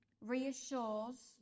reassures